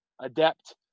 adept